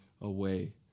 away